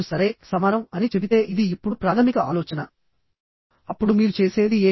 ఇది సెక్షన్ యొక్క రప్చర్ ని కనుక్కోవడంలో ఉపయోగ పడుతుంది